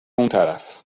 اونطرف